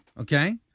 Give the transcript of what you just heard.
okay